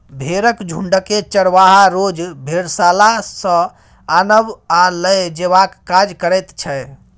भेंड़क झुण्डकेँ चरवाहा रोज भेड़शाला सँ आनब आ लए जेबाक काज करैत छै